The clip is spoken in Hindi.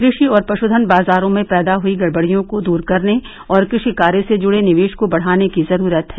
कृषि और पशुधन बाजारों में पैदा हुई गड़बड़ियों को दूर करने और कृषि कार्य से जुड़े निवेश को बढ़ाने की जरूरत है